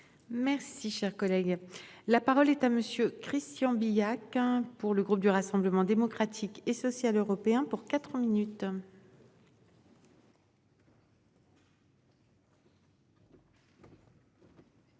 Merci, cher collègue, la parole est à monsieur Christian Billac hein pour le groupe du Rassemblement démocratique et social européen pour 4 minutes.